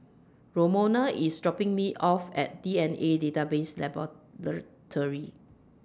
Romona IS dropping Me off At D N A Database Laboratory